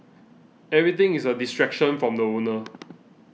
everything is a distraction from the owner